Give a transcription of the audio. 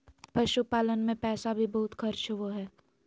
पशुपालन मे पैसा भी बहुत खर्च होवो हय